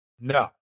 No